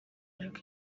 ariko